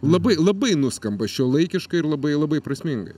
labai labai nuskamba šiuolaikiškai ir labai labai prasmingai